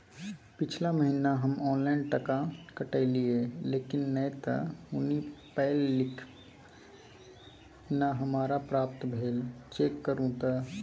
पिछला महीना हम ऑनलाइन टका कटैलिये लेकिन नय त हुनी पैलखिन न हमरा प्राप्त भेल, चेक करू त?